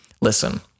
listen